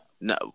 No